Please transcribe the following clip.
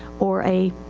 or a,